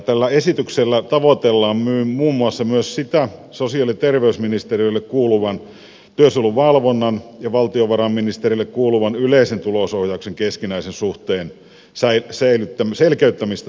tällä esityksellä tavoitellaan myös muun muassa sosiaali ja terveysministeriölle kuuluvan työsuojelun valvonnan ja valtiovarainministeriölle kuuluvan yleisen tulosohjauksen keskinäisen suhteen selkeyttämistä